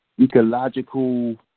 ecological